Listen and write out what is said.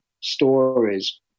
stories